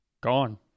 gone